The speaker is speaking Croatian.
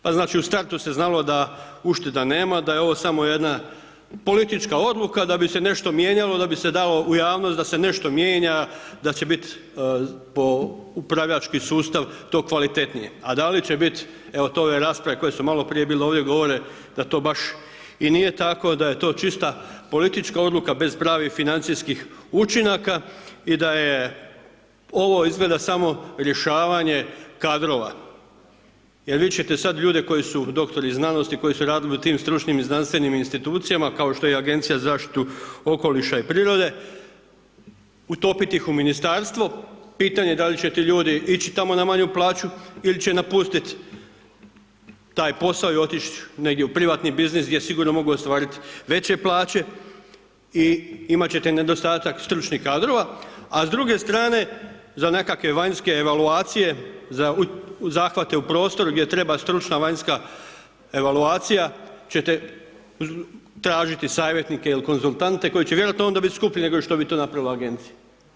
Pa znači, u startu se znalo da ušteda nema, da je ovo samo jedna politička odluka da bi se nešto mijenjalo, da bi se dalo u javnost da se nešto mijenja, da će bit po upravljački sustav to kvalitetnije, a da li će bit, evo, to ove rasprave koje su maloprije bile ovdje, govore da to baš i nije tako, da je to čista politička odluka, bez pravih financijskih učinaka i da je ovo izgleda samo rješavanje kadrova jer vidjet ćete sad ljude koji su doktori znanosti, koji su radili u tim stručnim i znanstvenim institucijama, kao što je i Agencija za zaštitu okoliša i prirode, utopiti ih u Ministarstvo, pitanje da li će ti ljudi ići tamo na manju plaću ili će napustiti taj posao i otići negdje u privatni biznis, gdje sigurno mogu ostvarit veće plaće i imat ćete nedostatak stručnih kadrova, a s druge strane, za nekakve vanjske evaluacije za zahvate u prostoru, gdje treba stručna vanjska evaluacija, ćete tražiti savjetnike ili konzultante koji će vjerojatno onda biti skuplji nego što bi to napravila Agencija.